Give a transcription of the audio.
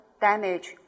damage